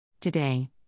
Today